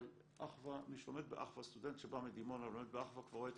אבל סטודנט שבא מדימונה ולומד באחווה כבר רואה את